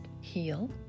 heal